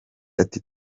ati